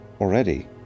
already